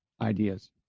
ideas